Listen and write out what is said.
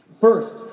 First